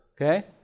okay